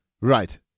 Right